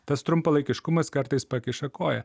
tas trumpalaikiškumas kartais pakiša koją